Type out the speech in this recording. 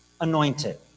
anointed